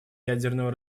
ядерного